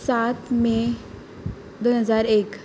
सात मे दोन हजार एक